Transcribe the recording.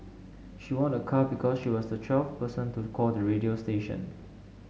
she won a car because she was the twelfth person to call the radio station